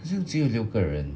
好像只有六个人